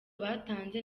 batanze